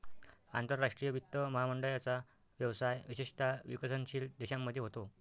आंतरराष्ट्रीय वित्त महामंडळाचा व्यवसाय विशेषतः विकसनशील देशांमध्ये होतो